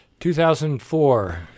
2004